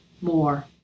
more